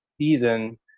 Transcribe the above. season